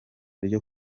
ryo